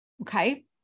Okay